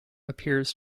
appears